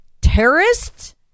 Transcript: terrorists